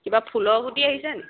কিবা ফুলৰ গুটি আহিছেনি